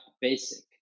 basic